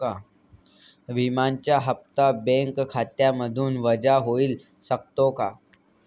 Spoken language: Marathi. विम्याचा हप्ता बँक खात्यामधून वजा होऊ शकतो का?